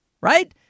right